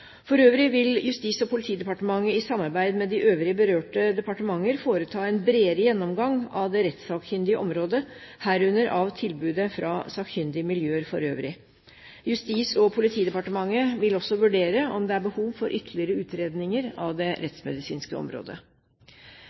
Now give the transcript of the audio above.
politidepartementet i samarbeid med de øvrige berørte departementer foreta en bredere gjennomgang av det rettssakkyndige området, herunder av tilbudet fra sakkyndige miljøer for øvrig. Justis- og politidepartementet vil også vurdere om det er behov for ytterligere utredninger av det rettsmedisinske området.